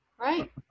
Right